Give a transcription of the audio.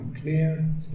clear